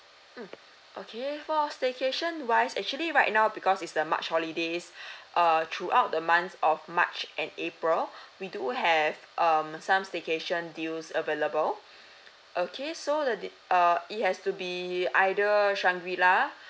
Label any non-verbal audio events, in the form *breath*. mm okay for staycation wise actually right now because it's the march holidays *breath* err throughout the month of march and april *breath* we do have um some staycation deals available *breath* *noise* okay so the det~ uh it has to be either Shangri-La